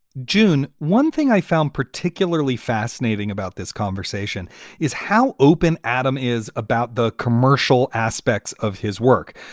june, one thing i found particularly fascinating about this conversation is how open adam is about the commercial aspects of his work.